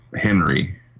henry